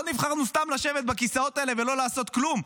לא נבחרנו סתם לשבת בכיסאות האלה ולא לעשות כלום.